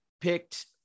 picked